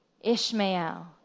Ishmael